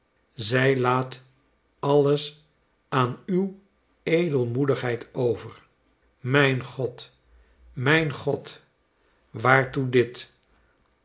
zij laat alles aan uwe edelmoedigheid over mijn god mijn god waartoe dit